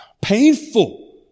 painful